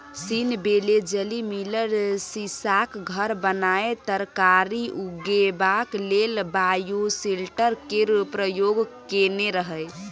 scene Wellesley Miller सीशाक घर बनाए तरकारी उगेबाक लेल बायोसेल्टर केर प्रयोग केने रहय